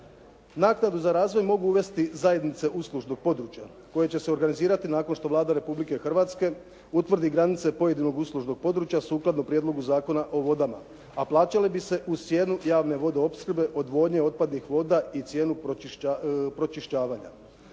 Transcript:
Naknadu za razvoj mogu uvesti zajednice uslužnog područja koje će se organizirati nakon što Vlada Republike Hrvatske utvrdi granice pojedinog uslužnog područja sukladno Prijedlogu Zakona o vodama, a plaćale bi se uz cijenu javne vodoopskrbe, odvodnje otpadnih voda i cijenu pročišćavanja.